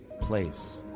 place